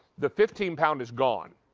the fifteen pound is gone.